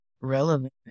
relevant